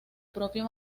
propio